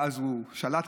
ואז הוא שלט,